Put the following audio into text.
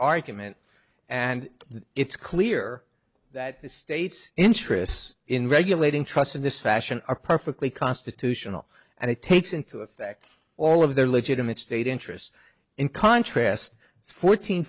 argument and that it's clear that the state's interests in regulating trusts in this fashion are perfectly constitutional and it takes into effect all of their legitimate state interest in contrast fourteen